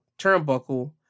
turnbuckle